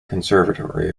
conservatory